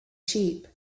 sheep